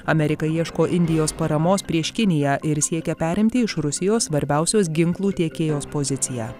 amerika ieško indijos paramos prieš kiniją ir siekia perimti iš rusijos svarbiausios ginklų tiekėjos poziciją